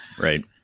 Right